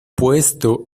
puesto